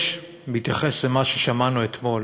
בהתייחס למה ששמענו אתמול,